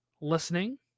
listening